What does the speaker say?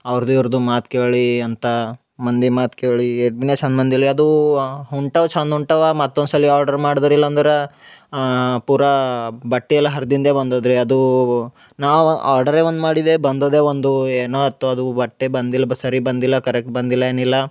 ಅವ್ರ್ದು ಇವ್ರ್ದು ಮಾತು ಕೇಳಿ ಅಂತ ಮಂದಿ ಮಾತು ಕೇಳಿ ಎಟ್ಟು ಬಿನೆ ಚಂದ್ ಬಂದಿಲ್ಲ ಅದೂ ಹೊಂಟವ ಚಂದ್ ಹೊಂಟವ ಮತ್ತೊಂದು ಸಲಿ ಆರ್ಡರ್ ಮಾಡ್ದ ರೀ ಇಲ್ಲಂದ್ರ ಪೂರಾ ಬಟ್ಟಿಯೆಲ್ಲ ಹರ್ದಿಂದೆ ಬಂದದ್ದು ರೀ ಅದು ನಾವು ಆರ್ಡರೇ ಒಂದು ಮಾಡಿದೆ ಬಂದದೆ ಒಂದು ಏನೋ ಆತು ಅದು ಬಟ್ಟೆ ಬಂದಿಲ್ಲ ಸರಿ ಬಂದಿಲ್ಲ ಕರೆಕ್ಟ್ ಬಂದಿಲ್ಲ ಏನಿಲ್ಲ